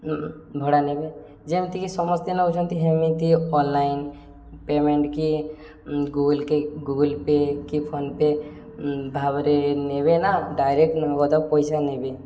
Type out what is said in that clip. ଭଡ଼ା ନେବେ ଯେମିତିକି ସମସ୍ତେ ନଉଛନ୍ତି ହେମିତି ଅନଲାଇନ୍ ପେମେଣ୍ଟ କି ଗୁଗୁଲ ପେ ଗୁଗୁଲ ପେ କି ଫୋନ ପେ ଭାବରେ ନେବେ ନା ଡାଇରେକ୍ଟ ଗଦା ପଇସା ନେବେ